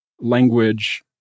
language